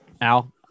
Al